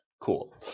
Cool